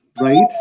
right